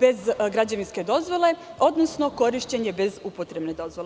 bez građevinske dozvole, odnosno korišćen je bez upotrebne dozvole.